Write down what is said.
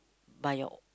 by your